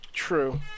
True